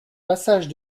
passage